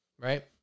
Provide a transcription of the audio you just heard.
Right